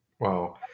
Wow